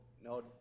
No